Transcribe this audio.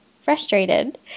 frustrated